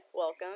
Welcome